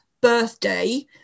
birthday